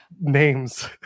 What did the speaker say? names